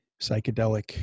psychedelic